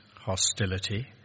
hostility